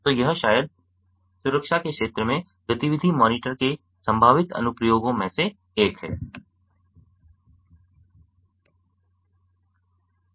तो यह शायद सुरक्षा के क्षेत्र में गतिविधि मॉनिटर के संभावित अनुप्रयोगों में से एक है